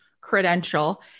credential